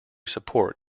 support